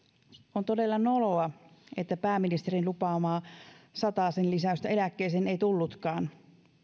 on todella noloa että pääministerin lupaamaa satasen lisäystä eläkkeisiin ei tullutkaan